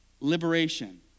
liberation